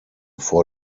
vor